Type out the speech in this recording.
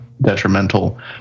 detrimental